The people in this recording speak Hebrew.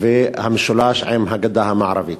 והמשולש עם הגדה המערבית.